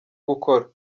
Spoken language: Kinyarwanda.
gukora